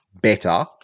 better